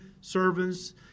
servants